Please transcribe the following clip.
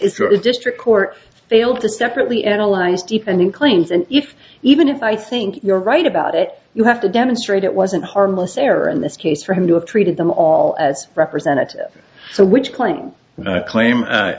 yours district court failed to separately analyzed and he claims and if even if i think you're right about it you have to demonstrate it wasn't harmless error in this case for him to have treated them all as representative so which claim and claim